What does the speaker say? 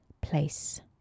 place